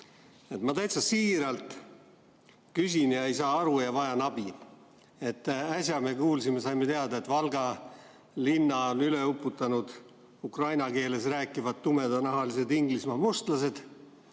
Ma täitsa siiralt küsin, ei saa aru ja vajan abi. Äsja me kuulsime ja saime teada, et Valga linna on üle ujutanud ukraina keeles rääkivad tumedanahalised Inglismaa mustlased,